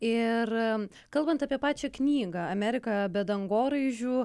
ir kalbant apie pačią knygą amerika be dangoraižių